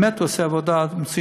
באמת הוא עושה עבודה מצוינת.